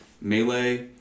Melee